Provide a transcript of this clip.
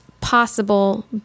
possible